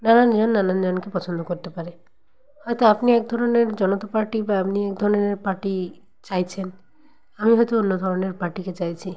নানান জন নানান জনকে পছন্দ করতে পারে হয়তো আপনি এক ধরনের জনতা পার্টি বা এমনি এক ধরনের পার্টি চাইছেন আমি হয়তো অন্য ধরনের পার্টিকে চাইছি